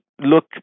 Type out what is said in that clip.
look